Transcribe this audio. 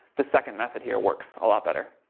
the second method here works a lot better.